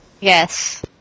Yes